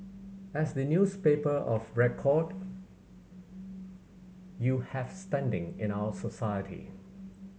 as the newspaper of record you have standing in our society